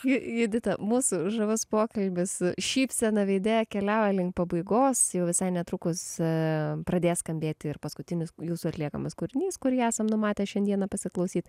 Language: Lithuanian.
ju judita mūsų žavus pokalbis su šypsena veide keliauja link pabaigos jau visai netrukus pradės skambėti ir paskutinis jūsų atliekamas kūrinys kurį esam numatę šiandieną pasiklausyt